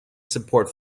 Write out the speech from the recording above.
support